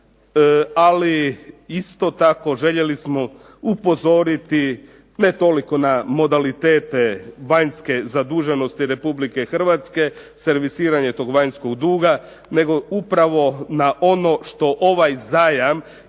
ali isto tako željeli smo upozoriti, ne toliko na modalitete vanjske zaduženosti Republike Hrvatske, servisiranje tog vanjskog duga nego upravo na ono što ovaj zajam